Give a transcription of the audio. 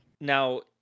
Now